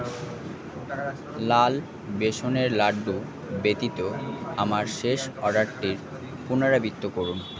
লাল বেসনের লাড্ডু ব্যতীত আমার শেষ অর্ডারটির পুনরাবৃত্তি করুন